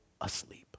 asleep